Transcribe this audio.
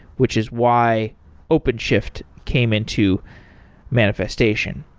which is why openshift came into manifestation.